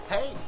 Hey